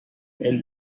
tiene